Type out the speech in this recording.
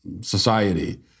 society